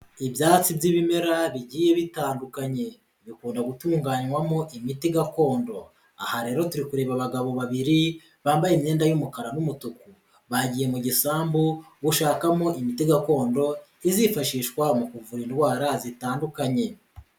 Ibyatsi by'ibimera bigiye bitandukanye bikunda gutunganywamo imiti gakondo, aha rero ture kureba abagabo babiri bambaye imyenda y'umukara n'umutuku, bagiye mu gisambu gushakamo imiti gakondo izifashishwa mu kuvura indwara zitandukanye.